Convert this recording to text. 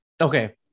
Okay